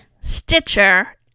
stitcher